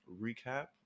recap